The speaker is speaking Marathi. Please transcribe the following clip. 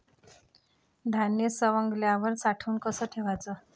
धान्य सवंगल्यावर साठवून कस ठेवाच?